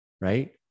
Right